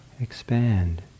expand